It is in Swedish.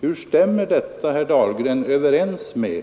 Kan herr Dahlgren få någon överensstämmelse